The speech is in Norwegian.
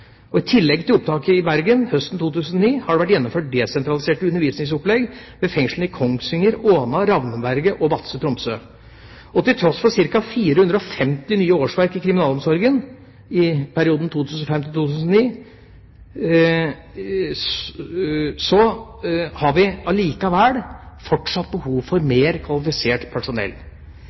størst. I tillegg til opptaket i Bergen høsten 2009 har det vært gjennomført desentraliserte undervisningsopplegg ved fengslene i Kongsvinger, Åna, Ravneberget og Vadsø/Tromsø. Til tross for ca. 450 nye årsverk i kriminalomsorgen i perioden 2005–2009 har vi likevel fortsatt behov for mer kvalifisert personell.